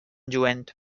lluent